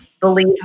believe